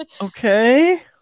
Okay